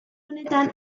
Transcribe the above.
honetan